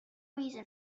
reason